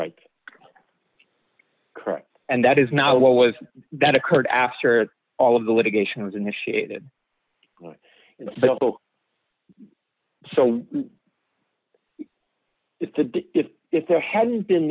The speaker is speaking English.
right correct and that is not what was that occurred after all of the litigation was initiated so if the if there hadn't been